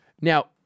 Now